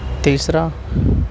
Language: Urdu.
تیسرا